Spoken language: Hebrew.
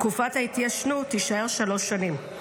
תקופת ההתיישנות תישאר שלוש שנים.